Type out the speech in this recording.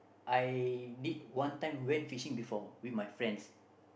I lit one time went fishing before with my friends